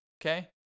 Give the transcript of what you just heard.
Okay